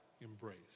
embrace